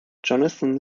jonathan